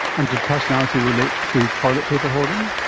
and did personality relate to to toilet paper hoarding?